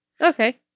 Okay